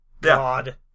God